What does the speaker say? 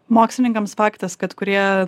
mokslininkams faktas kad kurie